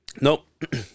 Nope